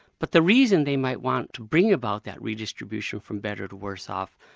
but the reason they might want to bring about that redistribution from better to worse off,